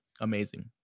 amazing